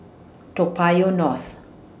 Toa Payoh North